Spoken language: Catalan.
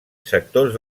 sectors